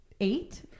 eight